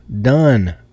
Done